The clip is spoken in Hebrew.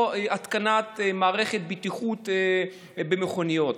או התקנת מערכת בטיחות במכוניות.